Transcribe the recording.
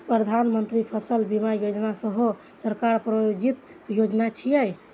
प्रधानमंत्री फसल बीमा योजना सेहो सरकार प्रायोजित योजना छियै